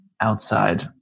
outside